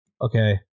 Okay